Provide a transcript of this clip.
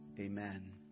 Amen